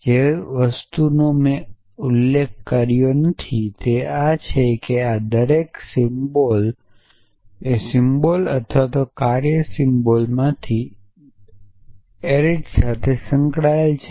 એક વસ્તુ જેનો મેં ઉલ્લેખ કર્યો નથી તે આ છે કે આ દરેક સિમ્બોલ સિમ્બોલ અથવા આ કાર્ય સિમ્બોલમાંથી દરેક એરીટ સાથે સંકળાયેલ છે